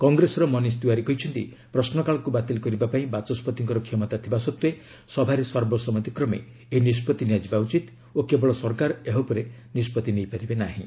କଂଗ୍ରେସର ମନୀଷ ତିୱାରୀ କହିଛନ୍ତି ପ୍ରଶ୍ନକାଳକୁ ବାତିଲ କରିବା ପାଇଁ ବାଚସ୍ୱତିଙ୍କର କ୍ଷମତା ଥିବା ସତ୍ତ୍ୱେ ସଭାରେ ସର୍ବସମ୍ମତିକ୍ରମେ ଏହି ନଷ୍ପଭି ନିଆଯିବା ଉଚିତ୍ ଓ କେବଳ ସରକାର ଏହା ଉପରେ ନିଷ୍ପତ୍ତି ନେଇପାରିବେ ନାହିଁ